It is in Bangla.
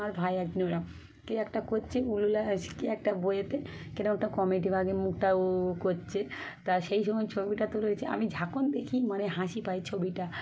আমার ভাই একজন ওরম কি একটা করছি কে একটা বইয়েতে কেন ওটা কমেডিভাবে মুখটা ও করছে তা সেই সময় ছবিটা তুলেছে আমি যখন দেখি মানে হাসি পায় ছবিটা